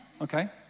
Okay